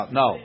no